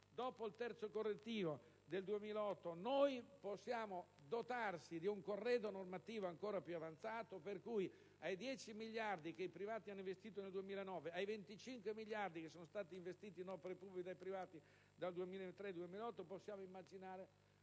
dopo il terzo correttivo del 2008, noi possiamo dotarci di un corredo normativo ancora più avanzato. Dopo i 10 miliardi che i privati hanno investito nel 2009 e i 25 miliardi che sono stati investiti in opere pubbliche dai privati dal 2003 al 2008, possiamo immaginare